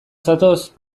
zatoz